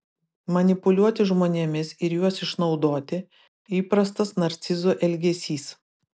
manipuliuoti žmonėmis ir juos išnaudoti įprastas narcizų elgesys